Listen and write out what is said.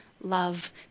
love